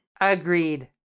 Agreed